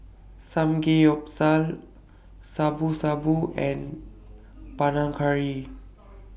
Samgeyopsal Shabu Shabu and Panang Curry